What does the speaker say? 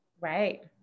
right